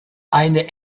eine